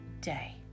day